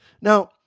Now